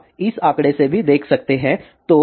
आप इस आंकड़े से भी देख सकते हैं